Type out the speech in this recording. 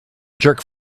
jerk